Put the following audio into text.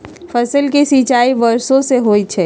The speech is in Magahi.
फसल के सिंचाई वर्षो से होई छई